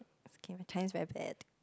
it's okay my Chinese very bad